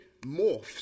morphs